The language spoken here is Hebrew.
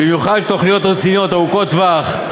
במיוחד תוכניות רציניות, ארוכות טווח,